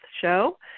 show